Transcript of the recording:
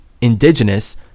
indigenous